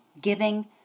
giving